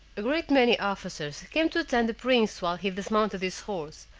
a great many officers came to attend the prince while he dismounted his horse,